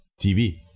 TV